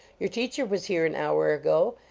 your teacher was here an hour ago,